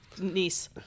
Niece